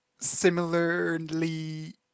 similarly